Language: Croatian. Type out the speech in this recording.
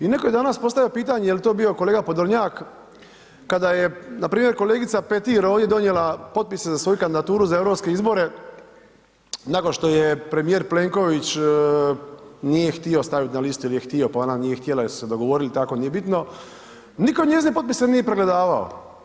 I netko je danas postavio pitanje, jel to bio kolega Podolnjak, kada je npr. kolegica Petir ovdje donijela potpise za svoju kandidaturu za Europske izbore, nakon što ju je premijer Plenković nije htio staviti na listu il je htio, pa ona nije htjela jer su se dogovorili tako, nije bitno, nitko njezine potpise nije pregledavao.